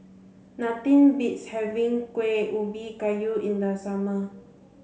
nothing beats having Kueh Ubi Kayu in the summer